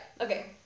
Okay